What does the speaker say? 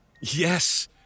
Yes